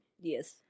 Yes